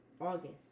August